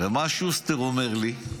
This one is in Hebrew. ומה שוסטר אומר לי?